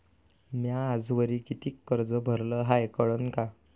म्या आजवरी कितीक कर्ज भरलं हाय कळन का?